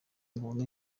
muntu